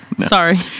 Sorry